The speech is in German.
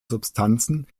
substanzen